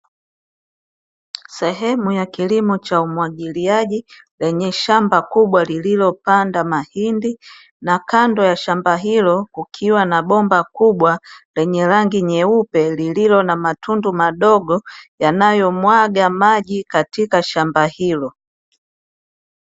Sehemu ya kilimo cha umwagiliaji, lenye shamba kubwa lililopanda mahindi, na kando ya shamba hilo kukiwa na bomba kubwa lenye rangi nyeupe, lililo na matundu madogo yanayomwaga maji katika shamba hilo.